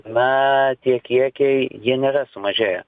na tie kiekiai jie nėra sumažėję